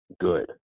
good